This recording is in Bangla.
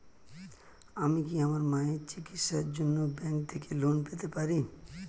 আমি কি আমার মায়ের চিকিত্সায়ের জন্য ব্যঙ্ক থেকে লোন পেতে পারি?